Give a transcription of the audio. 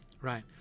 right